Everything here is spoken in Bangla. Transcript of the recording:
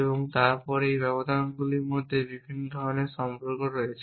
এবং তারপর এই ব্যবধানগুলির মধ্যে বিভিন্ন ধরণের সম্পর্ক রয়েছে